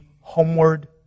homeward